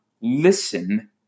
listen